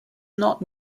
not